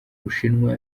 bushinwa